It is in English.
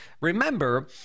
remember